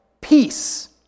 peace